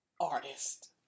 artist